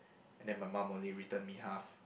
and then my mum only return me half